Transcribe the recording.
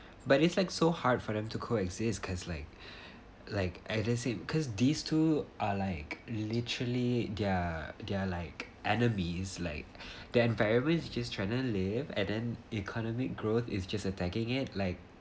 but it's like so hard for them to coexist cause like like I just said because these two are like literally they're they're like